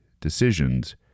decisions